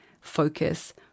focus